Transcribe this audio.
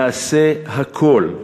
נעשה הכול,